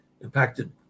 impacted